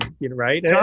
right